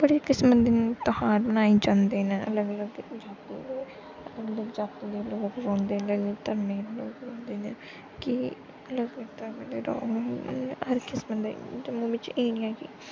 बड़े किस्म दे ध्यार मनाये जंदे न अलग अलग जातियें दे अलग अलग जाति दे लोग रौह्ंदे न अलग अलग धर्म दे लोग रौह्ंदे न कि अलग अलग धर्म दे लोक हर किस्म दे जम्मू बिच एह् निं ऐ कि